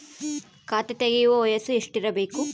ಖಾತೆ ತೆಗೆಯಕ ವಯಸ್ಸು ಎಷ್ಟಿರಬೇಕು?